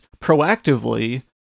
proactively